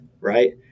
right